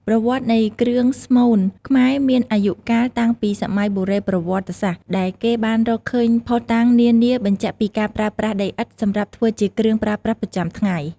ប្រវត្តិនៃគ្រឿងស្មូនខ្មែរមានអាយុកាលតាំងពីសម័យបុរេប្រវត្តិសាស្រ្ត ដែលគេបានរកឃើញភស្តុតាងនានាបញ្ជាក់ពីការប្រើប្រាស់ដីឥដ្ឋសម្រាប់ធ្វើជាគ្រឿងប្រើប្រាស់ប្រចាំថ្ងៃ។